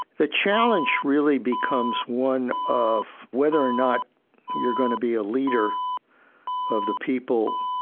the challenge really becomes one of whether or not you're going to be a leader of the people,